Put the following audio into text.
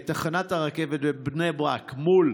בתחנת הרכבת בבני ברק מול